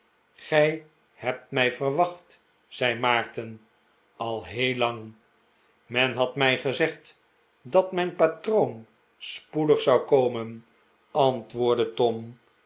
gij hebt mij verwacht zei maarten al heel lang men had mij gezegd dat mijn patroon spoedig zou komen antwoordde tom